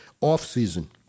off-season